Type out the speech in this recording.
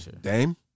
Dame